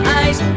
eyes